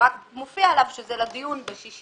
רק מופיע עליו שזה לדיון ב-6